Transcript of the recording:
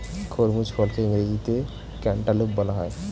খরমুজ ফলকে ইংরেজিতে ক্যান্টালুপ বলা হয়